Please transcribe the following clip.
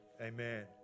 amen